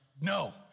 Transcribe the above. No